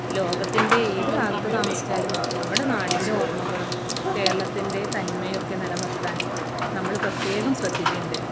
ലോകത്തിൻ്റെ ഏതു ഭാഗത്ത് താമസിച്ചാലും നമ്മുടെ നാടിൻ്റെ ഓർമ്മകളും കേരളത്തിൻ്റെ തനിമയും ഒക്കെ നിലനിർത്താൻ നമ്മൾ പ്രത്യേകം ശ്രദ്ധിക്കുന്നുണ്ട്